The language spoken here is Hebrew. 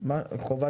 שהוועדה תדון בכל